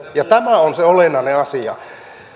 ja tämä on se olennainen asia